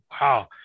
Wow